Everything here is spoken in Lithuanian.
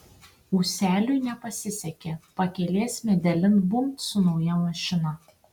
ūseliui nepasisekė pakelės medelin bumbt su nauja mašina